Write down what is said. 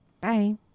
Bye